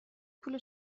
پول